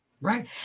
Right